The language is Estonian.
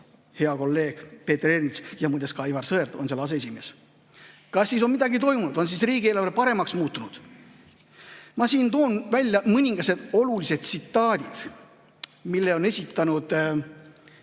hea kolleeg Peeter Ernits, ja muide ka Aivar Sõerd on seal aseesimees. Kas siis on midagi toimunud? On siis riigieelarve paremaks muutunud? Ma toon välja mõningased olulised tsitaadid, mille autorid